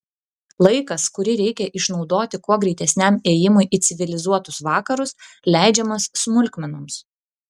laikas kurį reikia išnaudoti kuo greitesniam ėjimui į civilizuotus vakarus leidžiamas smulkmenoms